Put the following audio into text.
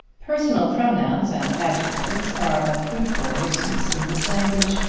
personal pronouns and adjectives are a fruitful nuisance in this language,